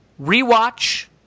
rewatch